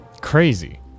Crazy